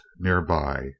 nearby